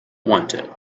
wanted